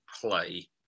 play